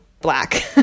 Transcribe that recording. black